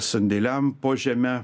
sandėliam po žeme